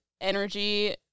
energy